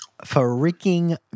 freaking